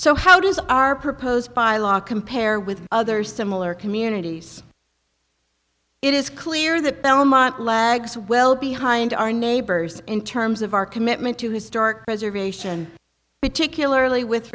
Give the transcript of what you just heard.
so how does our proposed by law compare with other similar communities it is clear that belmont lags well behind our neighbors in terms of our commitment to historic preservation particularly with